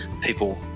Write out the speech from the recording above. people